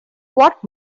what